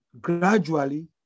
gradually